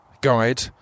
guide